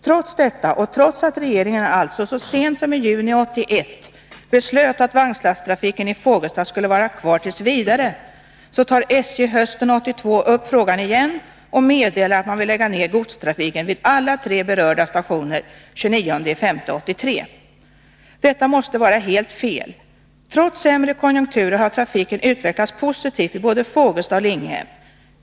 Trots detta tar SJ hösten 1982 upp frågan igen och meddelar att man vill lägga ner godstrafiken vid alla tre berörda stationer den 29 maj 1983. Detta måste vara helt fel. Trots sämre konjunkturer har trafiken utvecklats positivt vid både Fågelsta och Linghem.